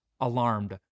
alarmed